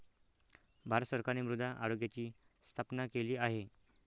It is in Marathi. भारत सरकारने मृदा आरोग्याची स्थापना केली आहे